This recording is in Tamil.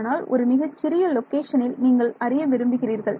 ஆனால் ஒரு மிகச் சிறிய லொக்கேஷனில் நீங்கள் அறிய விரும்புகிறீர்கள்